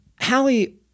Hallie